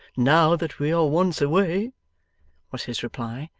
now that we are once away was his reply.